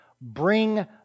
Bring